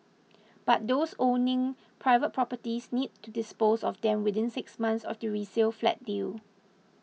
but those owning private properties need to dispose of them within six months of the resale flat deal